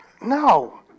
No